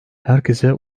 herkese